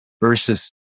versus